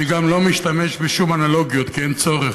אני גם לא משתמש בשום אנלוגיות, כי אין צורך,